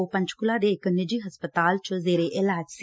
ਉਹ ਪੰਚਕੂਲਾ ਦੇ ਇਕ ਨਿਜੀ ਹਸਪਤਾਲ 'ਚ ਜੇਰੇ ਇਲਾਜ ਸੀ